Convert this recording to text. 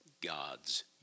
God's